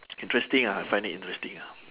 interesting ah I find it interesting ah